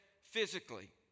physically